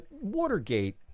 watergate